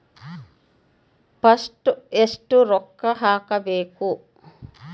First ಎಷ್ಟು ರೊಕ್ಕ ಹಾಕಬೇಕು?